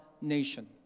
nation